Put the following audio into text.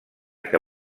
que